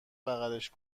بغلش